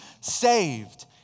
saved